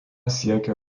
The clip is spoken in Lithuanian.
siekė